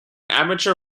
amateur